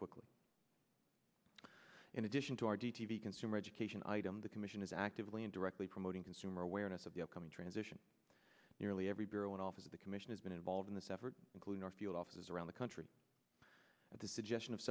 quickly in addition to our d t v consumer education item the commission is actively and directly promoting consumer awareness of the upcoming transition nearly every bureau and office of the commission has been involved in this effort including our field offices around the country at the suggestion of